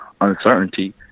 uncertainty